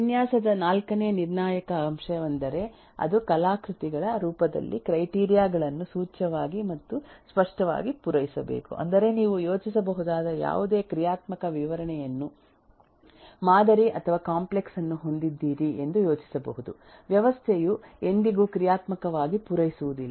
ವಿನ್ಯಾಸದ ನಾಲ್ಕನೇ ನಿರ್ಣಾಯಕ ಅಂಶವೆಂದರೆ ಅದು ಕಲಾಕೃತಿಗಳ ರೂಪದಲ್ಲಿ ಕ್ರೈಟೀರಿಯ ಗಳನ್ನು ಸೂಚ್ಯವಾಗಿ ಅಥವಾ ಸ್ಪಷ್ಟವಾಗಿ ಪೂರೈಸಬೇಕು ಅಂದರೆ ನೀವು ಯೋಚಿಸಬಹುದಾದ ಯಾವುದೇ ಕ್ರಿಯಾತ್ಮಕ ವಿವರಣೆಯನ್ನು ಮಾದರಿ ಅಥವಾ ಕಾಂಪ್ಲೆಕ್ಸ್ ಅನ್ನು ಹೊಂದಿದ್ದೀರಿ ಎಂದು ಯೋಚಿಸಬಹುದು ವ್ಯವಸ್ಥೆಯು ಎಂದಿಗೂ ಕ್ರಿಯಾತ್ಮಕವಾಗಿ ಪೂರೈಸುವುದಿಲ್ಲ